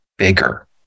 bigger